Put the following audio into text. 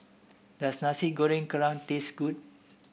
does Nasi Goreng Kerang taste good